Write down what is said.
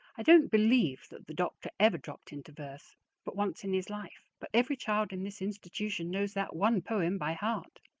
i don't believe that the doctor ever dropped into verse but once in his life, but every child in this institution knows that one poem by heart.